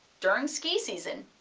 during ski season,